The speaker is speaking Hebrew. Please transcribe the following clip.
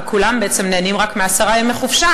וכולם בעצם נהנים רק מעשרה ימי חופשה,